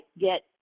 get